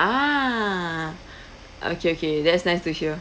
ah okay okay that's nice to hear